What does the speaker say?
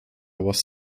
was